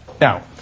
Now